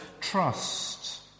trust